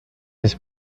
his